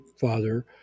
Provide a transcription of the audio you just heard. father